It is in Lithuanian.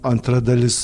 antra dalis